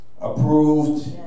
approved